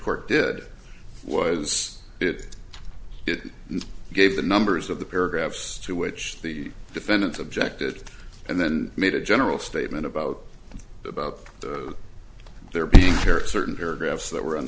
court did was it gave the numbers of the paragraphs to which the defendants objected and then made a general statement about about there being terror certain paragraphs that were